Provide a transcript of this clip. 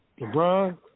LeBron